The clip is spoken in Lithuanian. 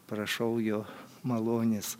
prašau jo malonės